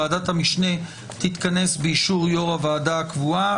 ועדת המשנה תתכנס באישור יושב-ראש הוועדה הקבוע,